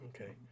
Okay